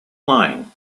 lying